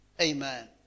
Amen